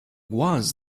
was